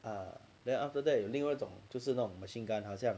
ah then after that 有另外一种就是那种 machine gun 好像